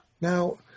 Now